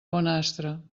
bonastre